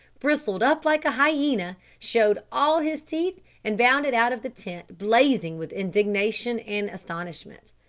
bristled up like a hyena, showed all his teeth, and bounded out of the tent blazing with indignation and astonishment.